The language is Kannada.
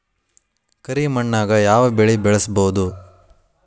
ಕರಿ ಮಣ್ಣಾಗ್ ಯಾವ್ ಬೆಳಿ ಬೆಳ್ಸಬೋದು?